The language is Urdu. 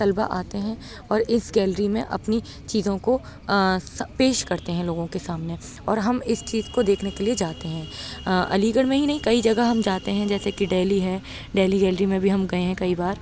طلباء آتے ہیں اور اِس گیلری میں اپنی چیزوں کو آ پیش کرتے ہیں لوگوں کے سامنے اور ہم اِس چیز کو دیکھنے کے لیے جاتے ہیں علی گڑھ میں ہی نہیں کئی جگہ ہم جاتے ہیں جیسے کہ ڈہلی ہے ڈہلی گیلری میں بھی ہم گئے ہیں کئی بار